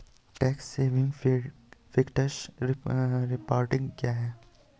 Tax saving fixed deposit क्या है?